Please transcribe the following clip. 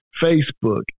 Facebook